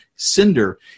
Cinder